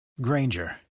Granger